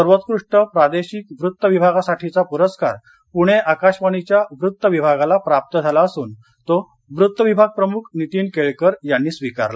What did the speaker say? सर्वोत्कृष्ट प्रादेशिक वृत्त विभागासाठीचा पुरस्कार पुणे आकाशवाणीच्या वृत्त विभागाला प्राप्त झाला असून तो वृत्त विभाग प्रमुख नीतीन केळकर यांनी स्वीकारला